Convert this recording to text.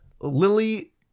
Lily